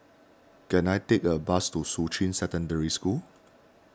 can I take a bus to Shuqun Secondary School